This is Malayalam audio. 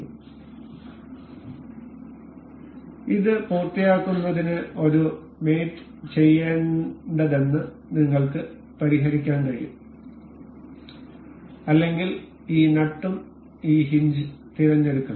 അതിനാൽ ഇത് പൂർത്തിയാക്കുന്നതിന് ഒരു മേറ്റ് ചെയ്യേണ്ടതെന്ന് നിങ്ങൾക്ക് പരിഹരിക്കാൻ കഴിയും അല്ലെങ്കിൽ ഈ നട്ടും ഈ ഹിഞ്ച് തിരഞ്ഞെടുക്കലും